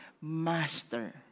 Master